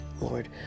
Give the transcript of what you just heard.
Lord